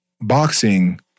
boxing